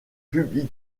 public